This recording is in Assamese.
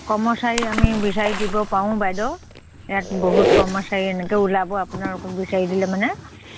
কৰ্মচাৰী আমি বিচাৰি দিব পাৰোঁ বাইদেউ ইয়াত বহুত কৰ্মচাৰী এনেকৈ ওলাব আপোনালোকক বিচাৰি দিলে মানে